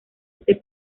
este